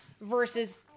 versus